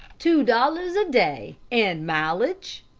two dollars a day and mileage,